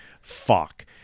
fuck